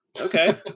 Okay